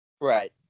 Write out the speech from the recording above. Right